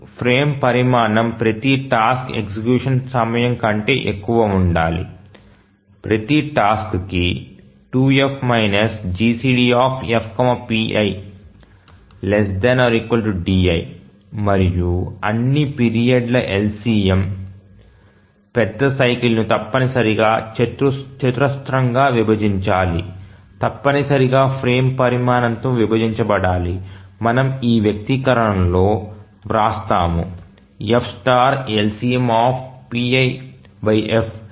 frame పరిమాణం ప్రతి task execution సమయం కంటే ఎక్కువగా ఉండాలి ప్రతి టాస్క్ కి 2F GCDFpi ≤ di మరియు అన్ని పీరియడ్ ల LCM పెద్ద సైకిల్ ను తప్పనిసరిగా చతురస్రంగా విభజించాలి తప్పనిసరిగా ఫ్రేమ్ పరిమాణంతో విభజించబడాలి మనము ఈ వ్యక్తీకరణలో వ్రాస్తాము fLCMf LCM